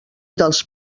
dels